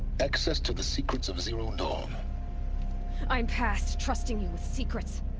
access to the secrets of zero dawn i'm past trusting you with secrets!